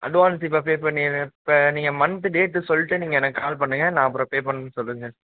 advance இப்போ pay பண்ணிர் இப்போ நீங்கள் மந்த்து டேட்டு சொல்லிட்டு நீங்கள் எனக்கு கால் பண்ணுங்க நான் அப்புறம் பே பண் சொல்லுங்கள்